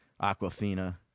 Aquafina